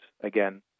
again